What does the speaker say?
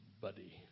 Buddy